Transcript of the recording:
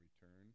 return